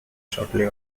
shortly